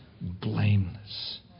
blameless